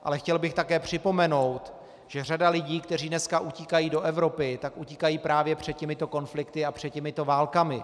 Ale chtěl bych také připomenout, že řada lidí, kteří dneska utíkají do Evropy, utíká právě před těmito konflikty a před těmito válkami.